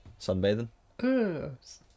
sunbathing